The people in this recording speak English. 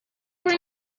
were